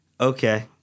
Okay